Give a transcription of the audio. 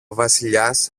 βασιλιάς